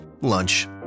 lunch